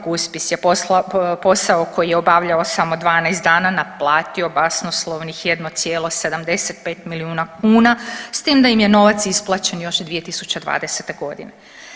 Kuspis je posao koji je obavljao samo 12 dana naplatio basnoslovno 1,75 milijuna kuna s tim da im je novac isplaćen još 2020. godine.